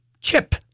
chip